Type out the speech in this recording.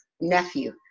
nephew